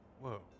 Whoa